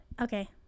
Okay